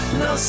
no